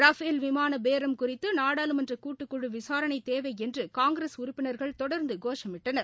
Rafale விமான பேரம் குறித்து நாடாளுமன்ற கூட்டுக்குழு விசாரணை தேவை என்று காங்கிரஸ் உறுப்பினர்கள் தொடர்ந்து கோஷமிட்டனர்